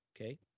okay